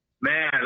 Man